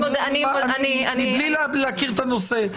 מבלי להכיר את הנושא,